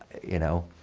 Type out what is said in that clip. you know.